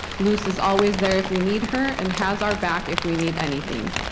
luz is always there if we need her and has our back if we need anything.